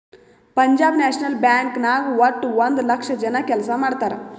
Punjab national bank ನಾಗ್ ವಟ್ಟ ಒಂದ್ ಲಕ್ಷ ಜನ ಕೆಲ್ಸಾ ಮಾಡ್ತಾರ್